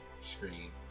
screen